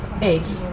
eight